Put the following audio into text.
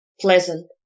pleasant